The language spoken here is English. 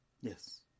Yes